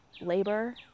labor